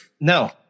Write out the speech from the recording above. No